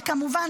כמובן,